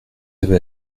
avez